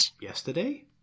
yesterday